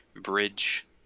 bridge